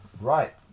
Right